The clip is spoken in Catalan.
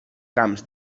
camps